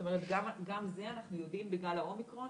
זאת אומרת גם זה אנחנו יודעים בגל האומיקרון,